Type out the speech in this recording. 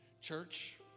Church